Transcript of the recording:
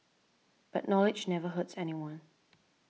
but knowledge never hurts anyone